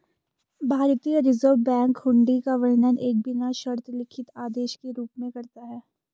भारतीय reserve bank हुंडी का वर्णन एक बिना शर्त लिखित आदेश के रूप में करता है